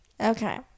Okay